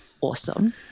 Awesome